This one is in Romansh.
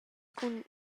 cun